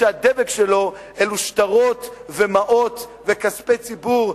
שהדבק שלו אלו שטרות ומעות וכספי ציבור,